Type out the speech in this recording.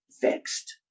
fixed